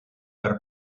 per